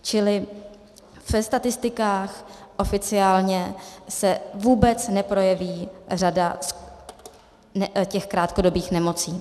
Čili ve statistikách oficiálně se vůbec neprojeví řada těch krátkodobých nemocí.